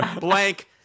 blank